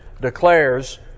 declares